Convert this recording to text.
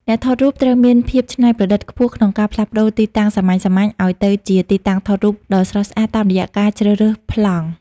អ្នកថតរូបត្រូវមានភាពច្នៃប្រឌិតខ្ពស់ក្នុងការផ្លាស់ប្តូរទីតាំងសាមញ្ញៗឱ្យទៅជាទីតាំងថតរូបដ៏ស្រស់ស្អាតតាមរយៈការជ្រើសរើសប្លង់។